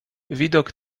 widok